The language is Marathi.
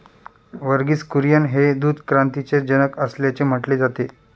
वर्गीस कुरियन हे दूध क्रांतीचे जनक असल्याचे म्हटले जाते